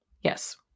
Yes